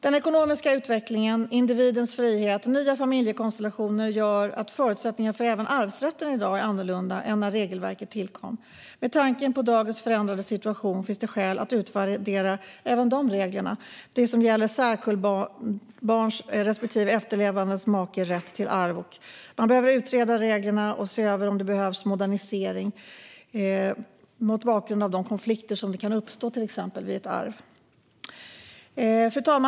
Den ekonomiska utvecklingen, individens frihet och nya familjekonstellationer gör att förutsättningarna även för arvsrätten i dag är annorlunda än när regelverket tillkom. Med tanke på dagens förändrade situation finns det skäl att utvärdera även de regler som gäller särkullbarns respektive efterlevande makes rätt till arv. Man behöver utreda om reglerna behöver moderniseras mot bakgrund av de konflikter som kan uppstå vid till exempel ett arv. Fru talman!